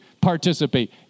Participate